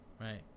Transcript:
right